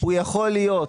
הוא יכול להיות